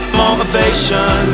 motivation